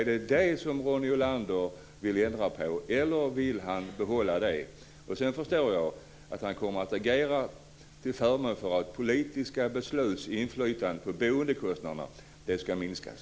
Är det detta som Ronny Olander vill ändra på, eller vill han behålla det? Jag förstår att Ronny Olander kommer att agera till förmån för att politiska besluts inflytande på boendekostnaderna ska minskas.